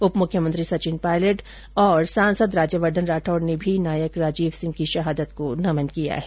उप मुख्यमंत्री सचिन पायलट और सांसद राज्यवर्द्वन राठौड ने भी नायक राजीव सिंह की शहादत को नमन किया है